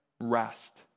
rest